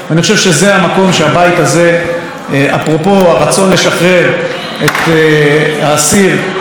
אפרופו הרצון לשחרר את האסיר שהיה שותף לרצח של הדס מלכא,